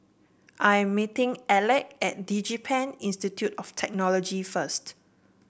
I am meeting Alek at DigiPen Institute of Technology first